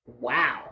wow